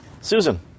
Susan